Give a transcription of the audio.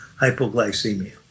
hypoglycemia